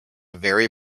very